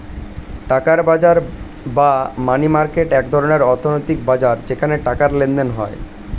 টাকার বাজার বা মানি মার্কেট এক ধরনের অর্থনৈতিক বাজার যেখানে টাকার লেনদেন হয়